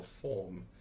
form